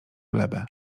glebę